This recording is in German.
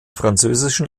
französischen